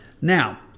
now